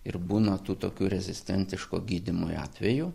ir būna tų tokių rezistentiško gydymui atvejų